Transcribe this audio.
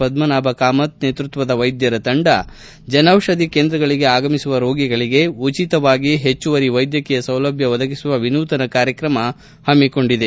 ಪದ್ದನಾಭ ಕಾಮತ್ ನೇತೃತ್ವದ ವೈದ್ಯರ ತಂಡ ಜನೌಪಧಿ ಕೇಂದ್ರಗಳಿಗೆ ಆಗಮಿಸುವ ರೋಗಿಗಳಿಗೆ ಉಚಿತವಾಗಿ ಹೆಚ್ಚುವರಿ ವೈದ್ಯಕೀಯ ಸೇವೆ ಒದಗಿಸುವ ವಿನೂತನ ಕಾರ್ಯಕ್ರಮ ಹಮ್ಸಿಕೊಂಡಿದೆ